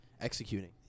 executing